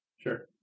sure